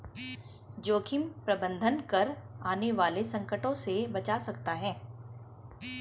जोखिम प्रबंधन कर आने वाले संकटों से बचा जा सकता है